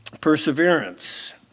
Perseverance